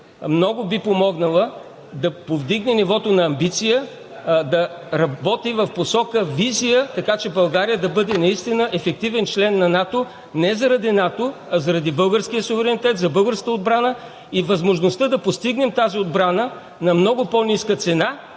много би помогнала да повдигне нивото на амбиция, да работи в посока визия, така че България да бъде наистина ефективен член на НАТО. Не заради НАТО, а заради българския суверенитет, за българската отбрана и възможността да постигнем тази отбрана на много по-ниска цена,